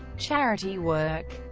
charity work